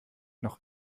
noch